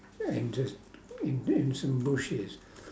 oh and just end in some bushes